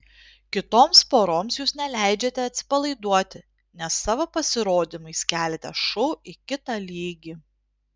kitoms poroms jūs neleidžiate atsipalaiduoti nes savo pasirodymais keliate šou į kitą lygį